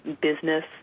business